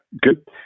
good